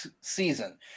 season